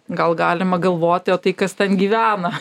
gal galima galvoti o tai kas ten gyvena